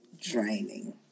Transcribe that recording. draining